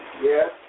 Yes